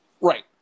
Right